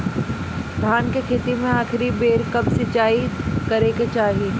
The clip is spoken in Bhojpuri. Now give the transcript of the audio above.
धान के खेती मे आखिरी बेर कब सिचाई करे के चाही?